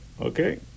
Okay